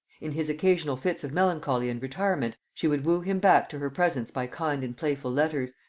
in his occasional fits of melancholy and retirement, she would woo him back to her presence by kind and playful letters,